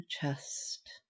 chest